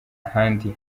ahandi